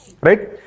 Right